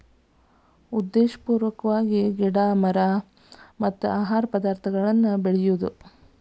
ಉದ್ದೇಶಪೂರ್ವಕವಾಗಿ ಗಿಡಾ ಮರಾ ಮತ್ತ ಆಹಾರ ಪದಾರ್ಥಗಳನ್ನ ಬೆಳಿಯುದು